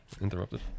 interrupted